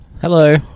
Hello